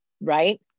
right